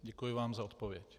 Děkuji vám za odpověď.